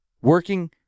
Working